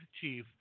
Chief